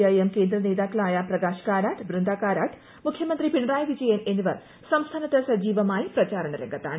IM കേന്ദ്രുക്കൂർന്നേതാക്കളായ പ്രകാശ് കാരാട്ട് ബൃന്ദാകാരാട്ട് മുഖ്യമുന്തി പിണറായി വിജയൻ എന്നിവർ സംസ്ഥാനത്ത് സജീവമാ്യി പ്രചാരണ രംഗത്താണ്